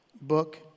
book